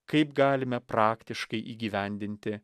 kaip galime praktiškai įgyvendinti